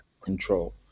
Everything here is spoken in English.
control